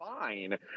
fine